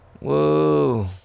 Whoa